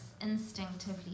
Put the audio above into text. instinctively